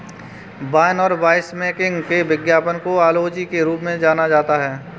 wine और winemaking के विज्ञान को ओनोलॉजी के रूप में जाना जाता है